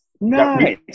Nice